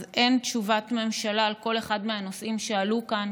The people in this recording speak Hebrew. אז אין תשובת ממשלה על כל אחד מהנושאים שעלו כאן,